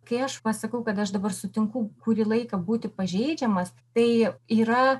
kai aš pasakau kad aš dabar sutinku kurį laiką būti pažeidžiamas tai yra